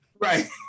Right